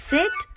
Sit